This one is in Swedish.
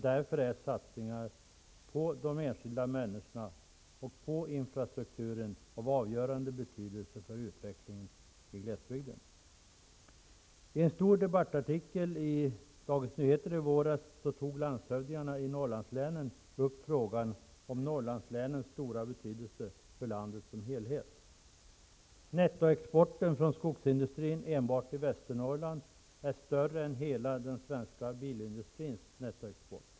Därför är satsningar på de enskilda människorna och på infrastrukturen av avgörande betydelse för utvecklingen i glesbygden. I en stor debattartikel i Dagens Nyheter i våras tog landshövdingarna i Norrlandslänen upp frågan om Norrlandslänens stora betydelse för landet som helhet. Nettoexporten från skogsindustrin enbart i Västernorrland är större än hela den svenska bilindustrins nettoexport.